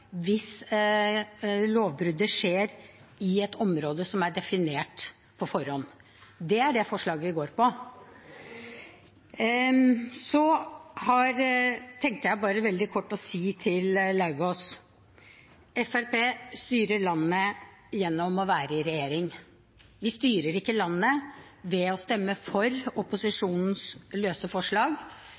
hvis lovbruddet skjer i et område som er definert på forhånd. Det er det forslaget går ut på. Så tenkte jeg bare veldig kort å si til Lauvås: Fremskrittspartiet styrer landet gjennom å være i regjering. Vi styrer ikke landet ved å stemme for opposisjonens løse forslag